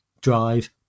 drive